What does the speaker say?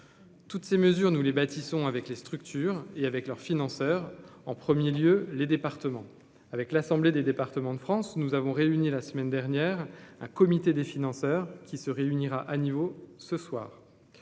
toutes ces mesures, nous les bâtissons avec les structures et avec leurs financeurs en 1er lieu les départements avec l'Assemblée des départements de France, nous avons réuni la semaine dernière un comité des financeurs, qui se réunira à niveau ce soir,